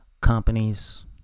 Companies